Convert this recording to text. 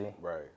Right